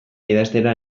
idaztera